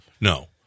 no